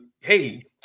hey